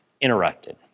interrupted